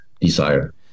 desire